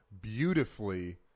beautifully